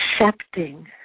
Accepting